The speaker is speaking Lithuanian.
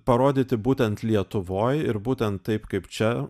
parodyti būtent lietuvoj ir būtent taip kaip čia